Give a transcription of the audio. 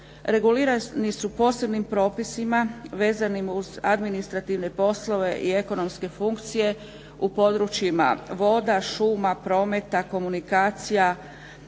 regulirani su posebnim propisima vezanim uz administrativne poslove i ekonomske funkcije u područjima voda, šuma, prometa, komunikacija,